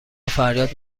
فریاد